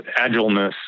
agileness